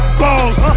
balls